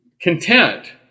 content